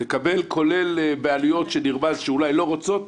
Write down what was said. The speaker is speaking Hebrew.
כולל בעלויות שנרמז שאולי לא רוצות,